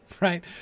Right